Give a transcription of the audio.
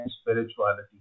spirituality